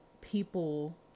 people